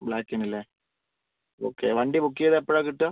ബ്ലാക്കിന് അല്ലേ ഓക്കെ വണ്ടി ബുക്ക് ചെയ്താൽ എപ്പോഴാണ് കിട്ടുക